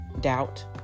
doubt